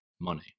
money